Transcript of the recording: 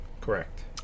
correct